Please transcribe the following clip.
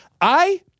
I-